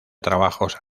trabajos